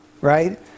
right